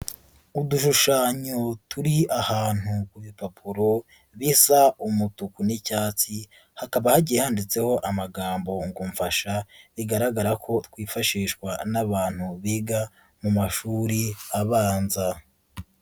Udushushanyo turi ahantu, ibipapuro bisa umutuku n'icyatsi ,hakaba hagiye handitseho amagambo ngo mfasha ,bigaragara ko twifashishwa n'abantu biga mu mashuri abanza.